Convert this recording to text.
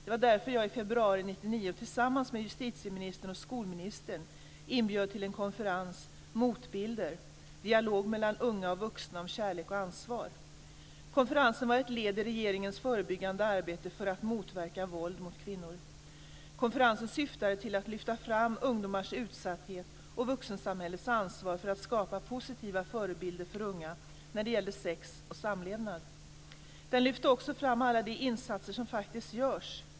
Det var därför jag i februari 1999 tillsammans med justitieministern och skolministern inbjöd till en konferens: Motbilder - dialog mellan unga och vuxna om kärlek och ansvar. Konferensen var ett led i regeringens förebyggande arbete för att motverka våld mot kvinnor. Konferensen syftade till att lyfta fram ungdomars utsatthet och vuxensamhällets ansvar för att skapa positiva förebilder för unga när det gäller sex och samlevnad. Den lyfte också fram alla de insatser som faktiskt görs.